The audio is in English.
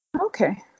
Okay